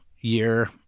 year